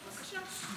בבקשה.